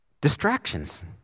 Distractions